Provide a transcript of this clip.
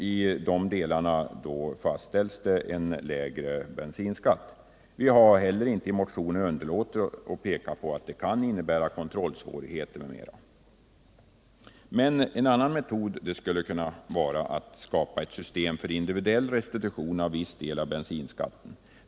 I motionen har vi heller inte underlåtit att nämna att ett sådant system kan innebära kontrollsvårigheter m.m. En annan metod skulle kunna vara att skapa ett system för individuell restitution av viss del av bensinskatten.